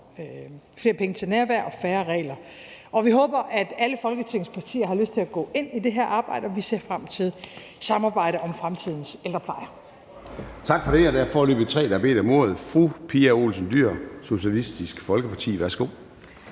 flere penge til nærvær og færre regler. Vi håber, at alle Folketingets partier har lyst til at gå ind i det her arbejde. Vi ser frem til samarbejdet om fremtidens ældrepleje.